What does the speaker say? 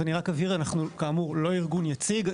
אז אני רק אבהיר, אנחנו כאמור לא ארגון יציג.